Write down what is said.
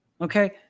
Okay